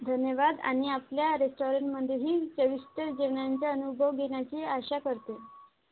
धन्यवाद आणि आपल्या रेस्टॉरंटमध्येही चविष्ट जेवणाचा अनुभव घेण्याची आशा करते